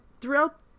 throughout